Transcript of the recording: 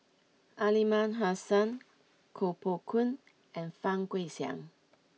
Aliman Hassan Koh Poh Koon and Fang Guixiang